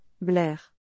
Blair